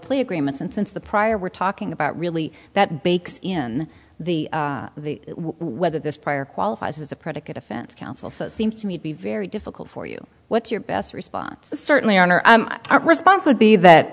plea agreements and since the prior we're talking about really that breaks in the the whether this prior qualifies as a predicate offense counsel so it seems to me to be very difficult for you what's your best response certainly honor our response would be that